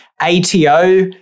ATO